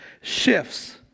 shifts